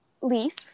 leaf